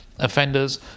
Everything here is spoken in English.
Offenders